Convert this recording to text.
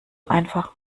einfach